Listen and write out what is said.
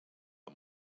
amb